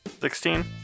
Sixteen